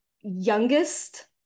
youngest